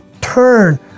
turn